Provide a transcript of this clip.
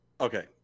Okay